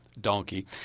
donkey